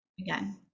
again